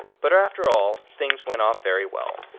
but after all, things went off very well,